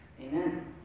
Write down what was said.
amen